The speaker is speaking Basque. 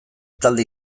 talde